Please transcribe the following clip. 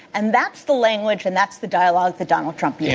and that's the language and that's the dialogue that donald trump yeah